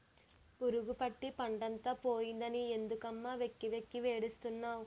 పురుగుపట్టి పంటంతా పోనాదని ఎందుకమ్మ వెక్కి వెక్కి ఏడుస్తున్నావ్